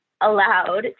allowed